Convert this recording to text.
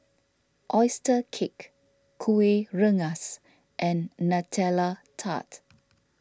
Oyster Cake Kuih Rengas and Nutella Tart